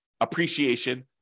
appreciation